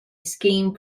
scheme